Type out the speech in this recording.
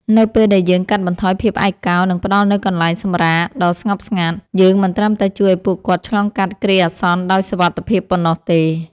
នៅពេលដែលយើងកាត់បន្ថយភាពឯកោ និងផ្ដល់នូវកន្លែងសម្រាកដ៏ស្ងប់ស្ងាត់ យើងមិនត្រឹមតែជួយឱ្យពួកគាត់ឆ្លងកាត់គ្រាអាសន្នដោយសុវត្ថិភាពប៉ុណ្ណោះទេ។